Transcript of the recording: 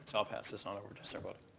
so i'll pass this on over to sarbbottam.